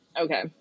Okay